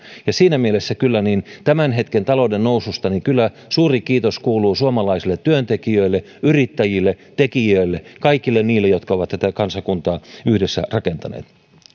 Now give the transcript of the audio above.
ja siinä mielessä kyllä tämän hetken talouden noususta suuri kiitos kuuluu suomalaisille työntekijöille yrittäjille tekijöille kaikille niille jotka ovat tätä kansakuntaa yhdessä rakentaneet